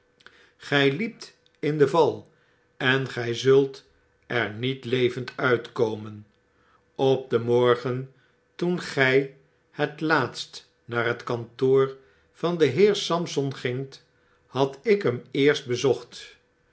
liept in de val en gy zult er niet levend uitkomen op den morgen toen gy het jaatst naar het kantoor van den heer sampson gingt had ik hem eerst bezocht